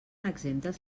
exemptes